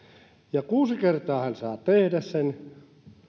ja kuusi kertaa bensavaras saa tehdä sen